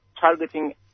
targeting